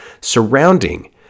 surrounding